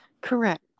Correct